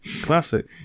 Classic